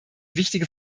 wichtige